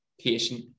patient